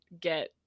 get